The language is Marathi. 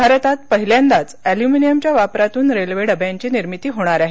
भारतात पहिल्यांदाच अँल्युमिनिअमच्या वापरातून रेल्वे डब्यांची निर्मिती होणार आहे